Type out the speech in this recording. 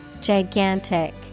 gigantic